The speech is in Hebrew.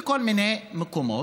בכל מיני מקומות.